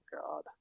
God